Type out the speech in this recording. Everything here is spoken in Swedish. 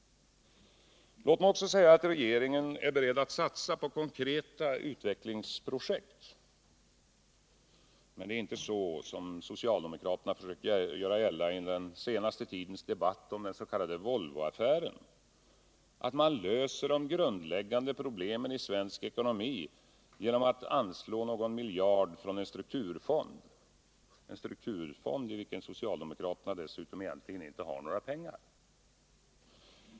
Låt mig också säga att regeringen är beredd att satsa på konkreta utvecklingsprojekt. Men det är inte så som socialdemokraterna försökt göra gällande i den senaste tidens debatt om den s.k. Volvoaffären, att man löser de grundläggande problemen i svensk ekonomi genom att anslå någon miljard från en strukturfond, i vilken socialdemokraterna dessutom egentligen inte har några pengar.